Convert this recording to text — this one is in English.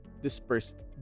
dispersed